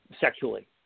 sexually